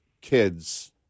kids